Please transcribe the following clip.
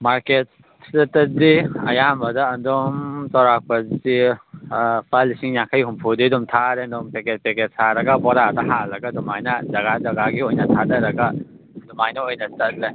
market ꯁꯦꯠꯇꯗꯤ ꯑꯌꯥꯝꯕꯗ ꯑꯗꯨꯝ ꯆꯧꯔꯥꯛꯄꯁꯦ ꯂꯨꯄꯥ ꯂꯤꯁꯤꯡ ꯌꯥꯡꯈꯩ ꯍꯨꯝꯐꯨꯗꯤ ꯑꯗꯨꯝ ꯊꯥꯔꯦ ꯑꯗꯨꯝ ꯄꯦꯀꯦꯠ ꯄꯦꯀꯦꯠ ꯁꯥꯔꯒ ꯕꯣꯔꯥꯗ ꯍꯥꯜꯂꯒ ꯑꯗꯨꯃꯥꯏꯅ ꯖꯒꯥ ꯖꯒꯥꯒꯤ ꯑꯣꯏꯅ ꯊꯥꯗꯔꯒ ꯑꯗꯨꯃꯥꯏꯅ ꯑꯣꯏꯅ ꯆꯠꯂꯦ